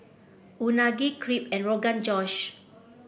Unagi Crepe and Rogan Josh